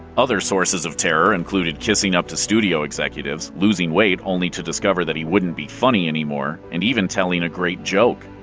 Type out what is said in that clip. other sources of terror included kissing up to studio executives, losing weight only to discover that he wouldn't be funny anymore, and even telling a great joke.